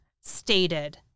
stated